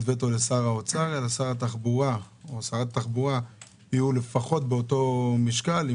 וטו לשר האוצר אלא שר התחבורה יהיה לפחות באותו משקל,